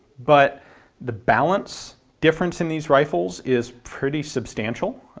but the balance difference in these rifles is pretty substantial.